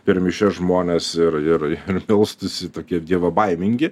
per mišias žmonės ir ir ir melstųsi tokie dievobaimingi